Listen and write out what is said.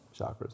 chakras